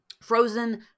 Frozen